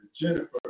Jennifer